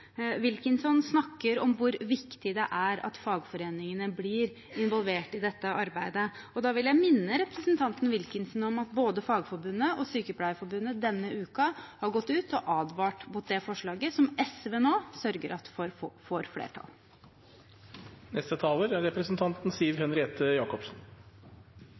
Wilkinson snakker om hvor viktig det er at fagforeningene blir involvert i dette arbeidet, og da vil jeg minne representanten Wilkinson om at både Fagforbundet og Sykepleierforbundet denne uken har gått ut og advart mot det forslaget som SV nå sørger for at får flertall. Det er